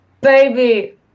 baby